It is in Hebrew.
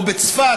או בצפת,